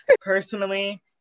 personally